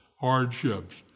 hardships